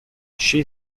she